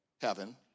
heaven